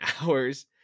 hours